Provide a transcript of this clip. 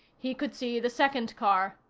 he could see the second car.